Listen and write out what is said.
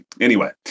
anyway-